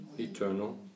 Eternal